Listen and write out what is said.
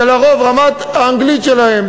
שלרוב רמת האנגלית שלהם,